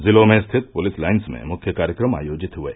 जिलों में स्थित पुलिस लाइन्स में मुख्य कार्यक्रम आयोजित हुये